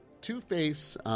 Two-Face